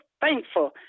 thankful